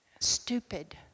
stupid